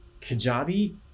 Kajabi